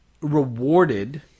rewarded